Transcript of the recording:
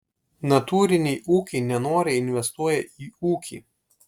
natūriniai ūkiai nenoriai investuoja į ūkį